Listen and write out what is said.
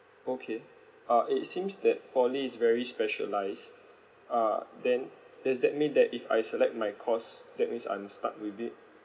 okay uh it seems that poly is very specialised uh then does that mean that if I select my course that means I'm stuck with it